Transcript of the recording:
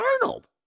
Arnold